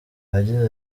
yagize